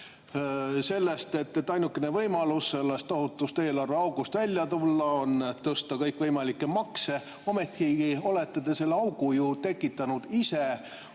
vastuseid, et ainukene võimalus sellest tohutust eelarveaugust välja tulla on tõsta kõikvõimalikke makse. Ometigi olete te selle augu ju ise tekitanud oma